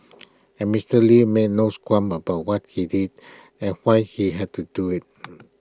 and Mister lee made no qualms about what he did and why he had to do IT